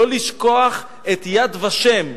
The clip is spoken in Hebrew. לא לשכוח את "יד ושם",